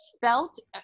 felt